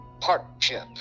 partnership